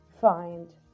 find